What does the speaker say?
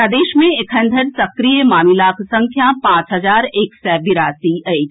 प्रदेश मे एखन धरि सक्रिय मामिलाक संख्या पांच हजार एक सय बिरासी अछि